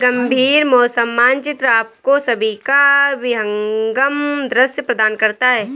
गंभीर मौसम मानचित्र आपको सभी का विहंगम दृश्य प्रदान करता है